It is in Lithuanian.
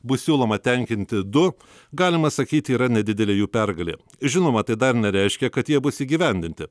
bus siūloma tenkinti du galima sakyti yra nedidelė jų pergalė žinoma tai dar nereiškia kad jie bus įgyvendinti